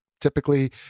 typically